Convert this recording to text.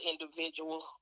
individual